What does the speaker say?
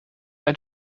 ein